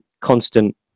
constant